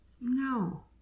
No